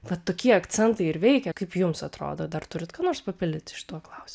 vat tokie akcentai ir veikia kaip jums atrodo dar turit ką nors papildyti šituo klausimu